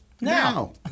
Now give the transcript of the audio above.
Now